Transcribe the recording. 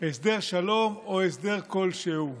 הסדר שלום או הסדר כלשהו.